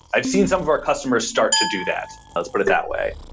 i've seen some of our customers start to do that. let's put it that way.